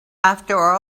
after